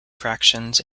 fractions